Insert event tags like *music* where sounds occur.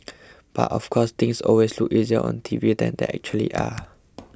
but of course things always look easier on T V than they actually are *noise*